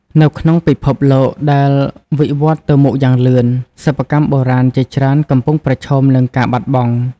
នៅក្នុងពិភពលោកដែលវិវឌ្ឍទៅមុខយ៉ាងលឿន សិប្បកម្មបុរាណជាច្រើនកំពុងប្រឈមនឹងការបាត់បង់។